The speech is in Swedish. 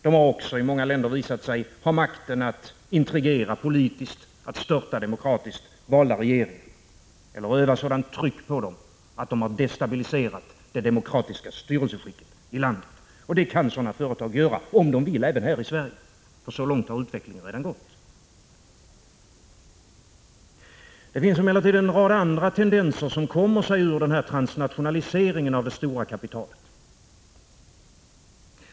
De har också i många länder visat sig ha makten att intrigera politiskt, att störta demokratiskt valda regeringar eller att utöva ett 159 sådant tryck på dem att det demokratiska styrelseskicket i landet destabiliseras. Det kan sådana företag, om de så vill, göra även här i Sverige. Så långt har utvecklingen redan gått. Det finns emellertid en rad andra tendenser, som kommer ur den här transnationaliseringen av det stora kapitalet.